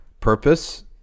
purpose